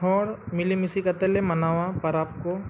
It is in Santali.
ᱦᱚᱲ ᱢᱤᱞᱮᱢᱤᱥᱮ ᱠᱟᱛᱮᱫ ᱞᱮ ᱢᱟᱱᱟᱣᱟ ᱯᱚᱨᱚᱵᱽ ᱠᱚ